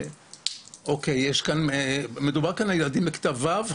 מדובר כאן על ילדים בכיתה ו',